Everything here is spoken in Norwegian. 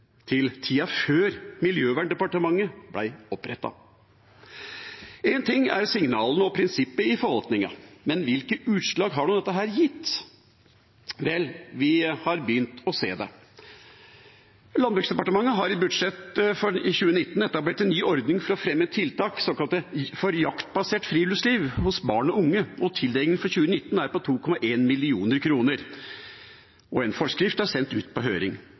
til tida før Miljøverndepartementet ble opprettet. Én ting er signalene og prinsippet i forvaltningen, men hvilke utslag har dette gitt? Vel, vi har begynt å se det. Landbruksdepartementet har i budsjettet for 2019 etablert en ny ordning for å fremme tiltak for såkalt jaktbasert friluftsliv for barn og unge. Tildelingen for 2019 er på 2,1 mill. kr, og en forskrift er sendt ut på høring.